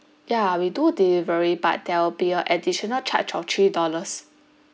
yeah we do delivery but there will be a additional charge of three dollars